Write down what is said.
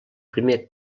primer